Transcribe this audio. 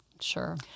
Sure